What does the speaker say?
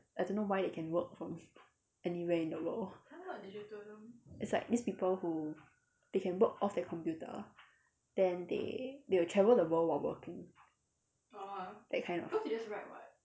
I don't know why they can work from anywhere in the world it's like these people who they can work off their computer then they they will travel the world while working that kind of